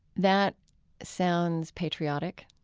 that sounds patriotic.